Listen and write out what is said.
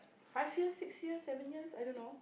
five years six years seven years I don't know